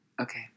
Okay